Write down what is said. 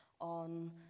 on